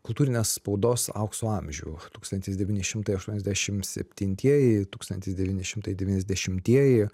kultūrinės spaudos aukso amžių tūkstantis devyni šimtai aštuoniasdešim septintieji tūkstantis devyni šimtai devyniasdešimtieji